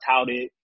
touted